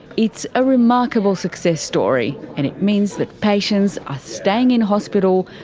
it's a remarkable success story and it means that patients are staying in hospital,